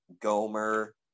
Gomer